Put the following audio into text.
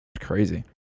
Crazy